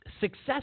success